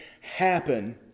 happen